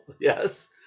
Yes